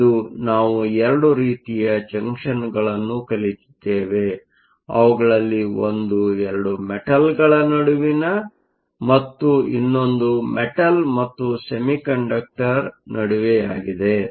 ಆದ್ದರಿಂದ ಇಂದು ನಾವು 2 ರೀತಿಯ ಜಂಕ್ಷನ್ಗಳನ್ನು ಕಲಿತಿದ್ದೇವೆ ಅವುಗಳಲ್ಲಿ ಒಂದು 2 ಮೆಟಲ್ಗಳ ನಡುವೆ ಮತ್ತು ಇನ್ನೊಂದು ಮೆಟಲ್Metal ಮತ್ತು ಸೆಮಿಕಂಡಕ್ಟರ್ ನಡುವೆ ಆಗಿದೆ